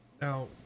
Now